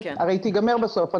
הרי היא תיגמר בסוף,